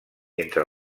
entre